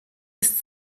ist